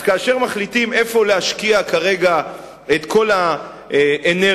אז כאשר מחליטים איפה להשקיע כרגע את כל האנרגיות,